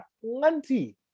plenty